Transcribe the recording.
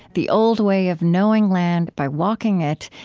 the old way of knowing land by walking it.